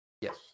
Yes